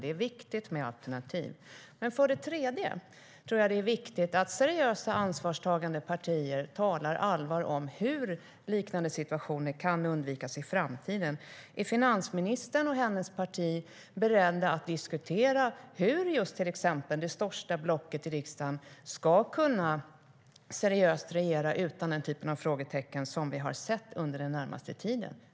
Det är viktigt med alternativ. Är finansministern och hennes parti beredda att diskutera till exempel hur det största blocket i riksdagen seriöst ska kunna regera utan den typ av frågetecken som vi har sett under den senaste tiden?